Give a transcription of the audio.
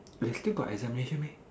they still got examination meh